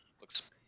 Looks